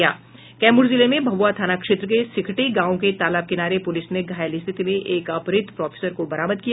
कैमूर जिले में भभुआ थाना क्षेत्र के सिकठी गांव के तालाब किनारे से पुलिस ने घायल स्थिति में एक अपहृत प्रोफेसर को बरामद किया